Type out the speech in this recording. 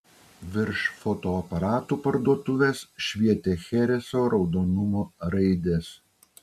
virš fotoaparatų parduotuvės švietė chereso raudonumo raidės